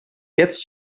jetzt